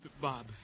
Bob